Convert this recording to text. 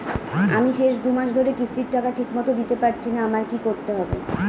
আমি শেষ দুমাস ধরে কিস্তির টাকা ঠিকমতো দিতে পারছিনা আমার কি করতে হবে?